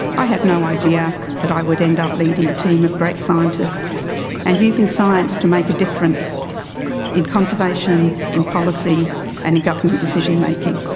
i had no idea that i would end up leading a team of great scientists and using science to make a difference in conservation, in policy and in government decision making.